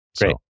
Great